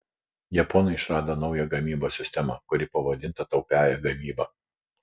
japonai išrado naują gamybos sistemą kuri pavadinta taupiąja gamyba